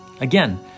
Again